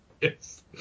Yes